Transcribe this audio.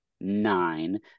nine